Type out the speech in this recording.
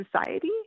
society